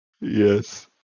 Yes